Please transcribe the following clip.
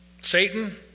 Satan